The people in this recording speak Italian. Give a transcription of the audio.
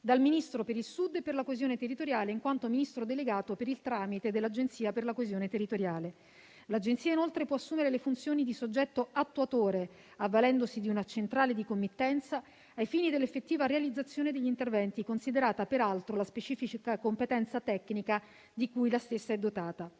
dal Ministro per il Sud e per la coesione territoriale, in quanto Ministro delegato per il tramite dell'Agenzia per la coesione territoriale. L'Agenzia, inoltre, può assumere le funzioni di soggetto attuatore, avvalendosi di una centrale di committenza ai fini dell'effettiva realizzazione degli interventi, considerata, peraltro, la specifica competenza tecnica di cui la stessa è dotata.